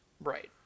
Right